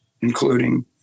including